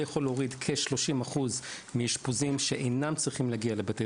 זה יכול להוריד כ-30 אחוז מאשפוזים שאינם צריכים להגיע לבתי